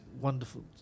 wonderful